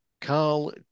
Carl